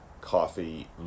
coffee